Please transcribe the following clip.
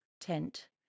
tent